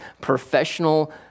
professional